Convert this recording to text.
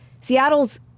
Seattle's